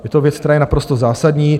Je to věc, která je naprosto zásadní.